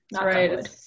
right